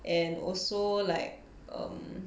and also like um